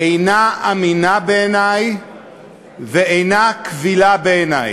אינה אמינה בעיני ואינה קבילה בעיני.